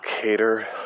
cater